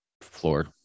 floor